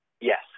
Yes